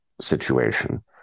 situation